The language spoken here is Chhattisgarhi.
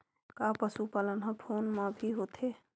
का पशुपालन ह फोन म भी होथे?